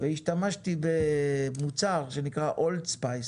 השתמשתי במוצר שנקרא אולד ספייס.